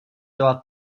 byla